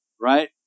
right